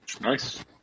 Nice